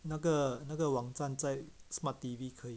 那个那个网站在 smart T_V 可以